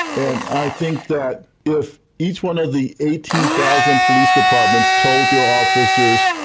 and i think that if each one of the eighteen thousand police departments told their officers,